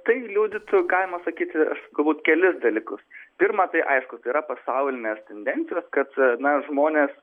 tai liudytų galima sakyti galbūt kelis dalykus pirma tai aišku tai yra pasaulinės tendencijos kad na žmonės